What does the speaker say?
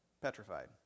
petrified